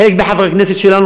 חלק מחברי הכנסת שלנו,